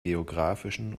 geografischen